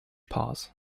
pause